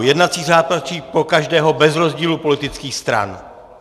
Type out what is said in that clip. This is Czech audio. Jednací řád platí pro každého bez rozdílu politických stran.